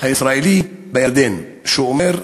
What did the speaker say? הישראלי בירדן, שאומר: